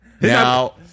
Now